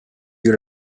you